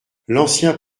l’ancien